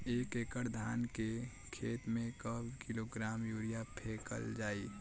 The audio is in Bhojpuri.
एक एकड़ धान के खेत में क किलोग्राम यूरिया फैकल जाई?